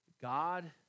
God